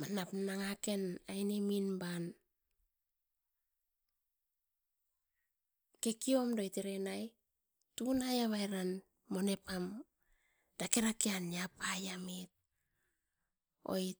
manap nanga ken aine min ban kekeom doit eran ai tunai avairan mone pam dake rakean nia pai amit oit.